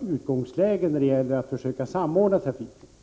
utgångsläget när det gäller att samordna trafiken är ett helt annat.